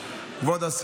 תודה רבה לך,